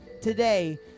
Today